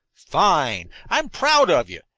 fine! i'm proud of you,